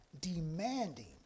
demanding